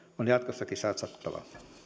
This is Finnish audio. on jatkossakin satsattava